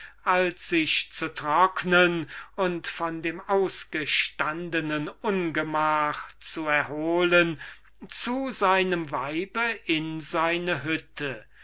hatte sich zu trocknen und von dem ausgestandenen ungemach zu erholen zu seinem weib in seine hütte